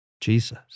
Jesus